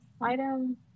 item